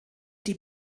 die